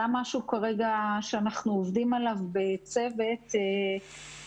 וגם משהו שאנחנו עובדים עליו כרגע בצוות בשיתוף